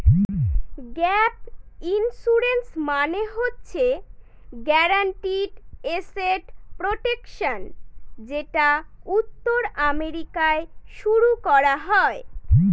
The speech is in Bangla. গ্যাপ ইন্সুরেন্স মানে হচ্ছে গ্যারান্টিড এসেট প্রটেকশন যেটা উত্তর আমেরিকায় শুরু করা হয়